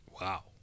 Wow